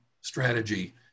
strategy